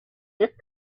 used